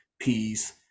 peace